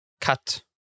cut